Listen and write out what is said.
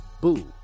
Boo